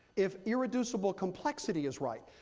if irreducible complexity is right,